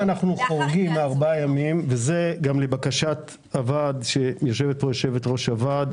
אם אנחנו חורגים מארבעה ימים וזה לבקשת גם יושבת-ראש הוועד.